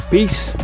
Peace